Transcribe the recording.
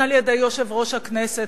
הן על-ידי יושב-ראש הכנסת,